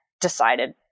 decided